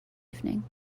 evening